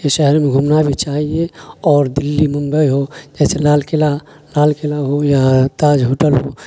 یہ شہر میں گھومنا بھی چاہیے اور دلّی ممبئی ہو جیسے لال قلعہ لال قلعہ ہو یا تاج ہوٹل ہو